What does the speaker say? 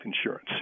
insurance